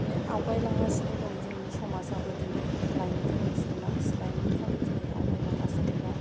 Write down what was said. माने आवगायलांगासिनो दं जोंनि समाजाबो दिनै जोंनि लाइमोनफोराबो दिनै आवगायलांगासिनो दं